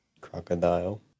Crocodile